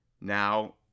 now